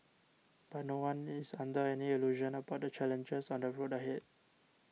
but no one is under any illusion about the challenges on the road ahead